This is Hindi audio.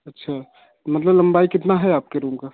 अच्छा मतलब लंबाई कितनी है आपके रूम की